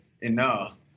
enough